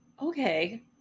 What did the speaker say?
Okay